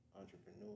entrepreneur